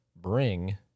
bring